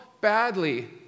badly